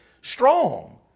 strong